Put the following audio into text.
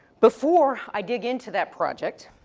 before i dig into that project,